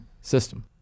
system